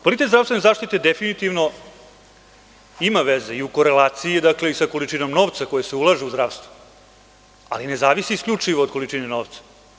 Kvalitet zdravstvene zaštite definitivno ima veze i u korelaciji i sa količinom novca koji se ulaže u zdravstvo, ali ne zavisi isključivo od količine novca.